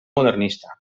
modernista